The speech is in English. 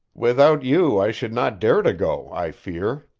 without you i should not dare to go, i fear,